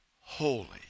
Holy